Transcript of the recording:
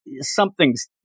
something's